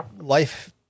life